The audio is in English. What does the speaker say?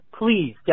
Please